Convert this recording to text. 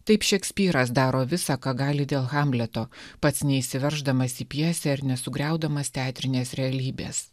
taip šekspyras daro visa ką gali dėl hamleto pats įsiverždamas į pjesę ir nesugriaudamas teatrinės realybės